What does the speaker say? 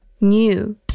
new